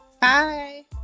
Bye